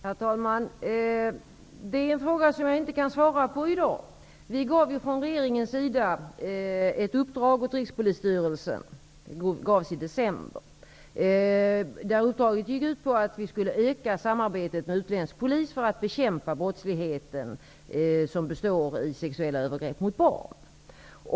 Herr talman! Det är en fråga som jag inte kan svara på i dag. Regeringen gav i december ett uppdrag åt Rikspolisstyrelsen. Uppdraget gick ut på att vi skulle öka samarbetet med utländsk polis för att bekämpa den brottslighet som består i sexuella övergrepp mot barn.